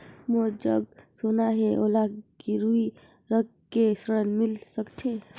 मोर जग सोना है ओला गिरवी रख के ऋण मिल सकथे?